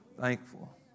thankful